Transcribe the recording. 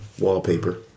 wallpaper